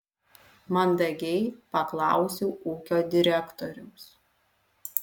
mandagiai paklausiau ūkio direktoriaus